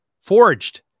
forged